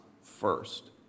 first